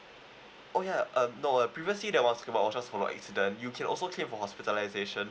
oh ya uh no uh previously that was about accident you can also claim for hospitalisation